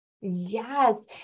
Yes